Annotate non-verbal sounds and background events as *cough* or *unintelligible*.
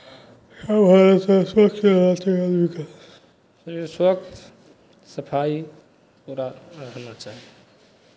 *unintelligible* स्वच्छ सफाइ रा रहना चाही